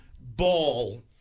ball